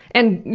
and,